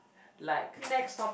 like